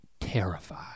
terrified